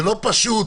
לא פשוט